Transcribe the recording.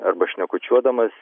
arba šnekučiuodamas